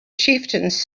chieftains